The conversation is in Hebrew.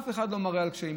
אף אחד לא מראה קשיים.